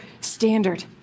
standard